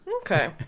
Okay